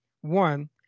one